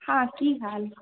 हँ की हाल